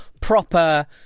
proper